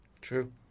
true